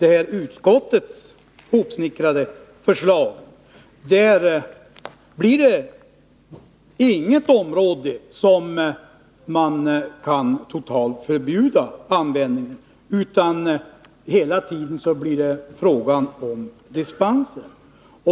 Enligt utskottets hopsnickrade förslag blir det däremot inga områden där man kan totalförbjuda användningen av bekämpningsmedel, utan det blir hela tiden fråga om dispenser.